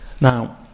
Now